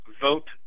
vote